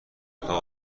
اتاق